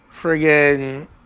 friggin